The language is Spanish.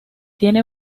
tiene